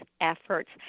efforts